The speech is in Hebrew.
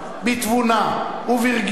בתבונה וברגישות,